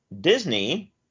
Disney